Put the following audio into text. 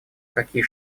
какие